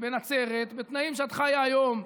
בנצרת בתנאים שאת חיה בהם היום,